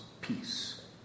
peace